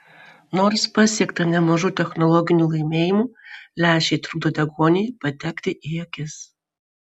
nors pasiekta nemažų technologinių laimėjimų lęšiai trukdo deguoniui patekti į akis